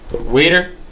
Waiter